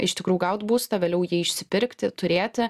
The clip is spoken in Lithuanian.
iš tikrųjų gaut būstą vėliau jį išsipirkti turėti